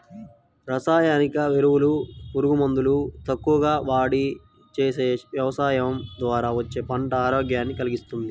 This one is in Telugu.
రసాయనిక ఎరువులు, పురుగు మందులు తక్కువగా వాడి చేసే యవసాయం ద్వారా వచ్చే పంట ఆరోగ్యాన్ని కల్గిస్తది